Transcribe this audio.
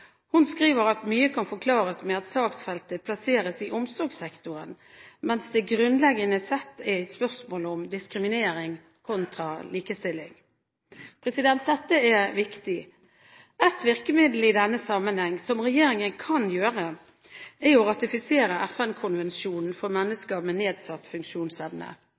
Hun skriver at mye kan forklares med at saksfeltet plasseres i omsorgssektoren, mens det grunnleggende sett er et spørsmål om diskriminering kontra likestilling. Dette er viktig. Ett virkemiddel i denne sammenheng som regjeringen kan bruke, er å ratifisere FN-konvensjonen om rettighetene til mennesker med nedsatt funksjonsevne.